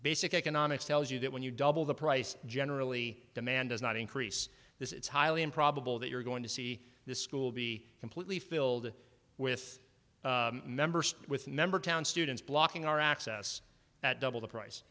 basic economics tells you that when you double the price generally demand does not increase this it's highly improbable that you're going to see the school be completely filled with members with member town students blocking our access at double the price